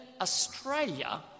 Australia